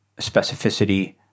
specificity